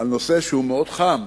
על נושא שהוא מאוד חם,